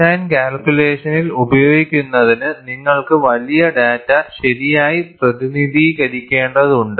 design കാൽകുലേഷനിൽ ഉപയോഗിക്കുന്നതിന് നിങ്ങൾക്ക് വലിയ ഡാറ്റ ശരിയായി പ്രതിനിധീകരിക്കേണ്ടതുണ്ട്